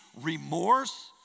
remorse